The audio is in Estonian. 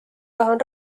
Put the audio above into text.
tahan